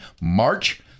March